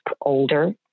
older